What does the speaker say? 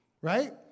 right